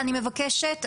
אני מבקשת,